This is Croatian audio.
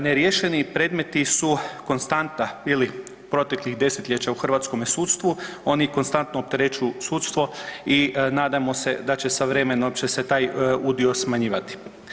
Neriješeni predmeti su konstanta bili proteklih desetljeća u hrvatskome sudstvu, oni konstantno opterećuju sudstvo i nadajmo se da će sa vremenom će se taj udio smanjivati.